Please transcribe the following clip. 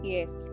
Yes